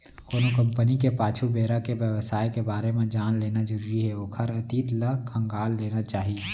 कोनो कंपनी के पाछू बेरा के बेवसाय के बारे म जान लेना जरुरी हे ओखर अतीत ल खंगाल लेना चाही